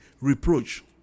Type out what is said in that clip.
reproach